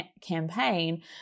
campaign